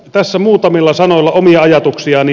tässä muutamilla sanoilla omia ajatuksiani